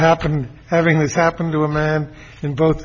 happened having this happen to a man in both